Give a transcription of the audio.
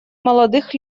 молодых